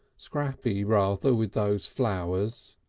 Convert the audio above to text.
scrappy rather with those flowers.